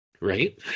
right